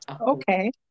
Okay